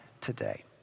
today